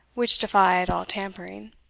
which defied all tampering.